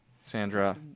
Sandra